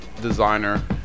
designer